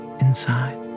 inside